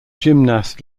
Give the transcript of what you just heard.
gymnast